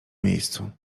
miejscu